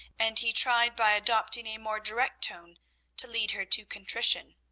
and he tried by adopting a more direct tone to lead her to contrition.